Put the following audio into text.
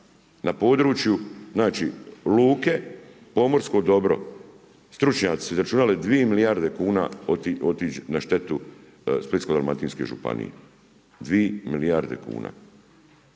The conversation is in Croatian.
na području luke, pomorsko dobro, stručnjaci su izračunali 2 milijarde kuna otići na štetu Splitsko-dalmatinske županije. 2 milijarde kuna.